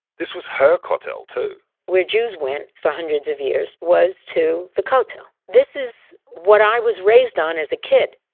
this was her kotel too where jews went for hundreds of years, was to the kotel. this is what i was raised on as a kid.